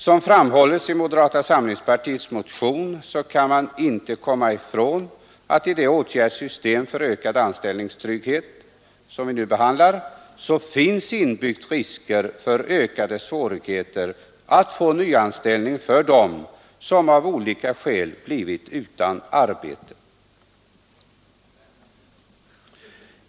Som framhålles i moderata samlingspartiets motion kan man inte komma ifrån att det i det åtgärdssystem för ökad anställningstrygghet som vi nu behandlar finns inbyggt risker för ökade svårigheter att få nyanställning för dem som av olika skäl blivit utan arbete.